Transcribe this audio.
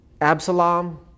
Absalom